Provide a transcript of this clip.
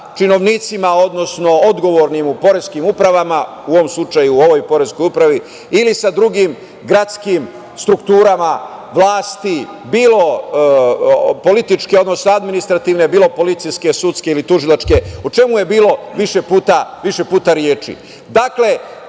činovnicima, odnosno odgovornim u poreskim upravama, u ovom slučaju u ovoj poreskoj upravi ili sa drugim gradskim strukturama vlasti, bilo politički, odnosno administrativne, bilo policijske, sudske ili tužilačke, o čemu je bilo više puta reči. Ovo